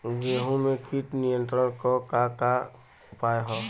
गेहूँ में कीट नियंत्रण क का का उपाय ह?